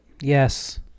Yes